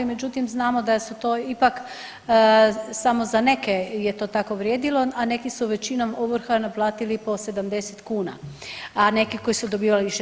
Međutim, znamo da su to ipak samo za neke je to tako vrijedilo, a neki su većinom ovrhe naplatili po 70 kuna, a neki koji su dobivali više.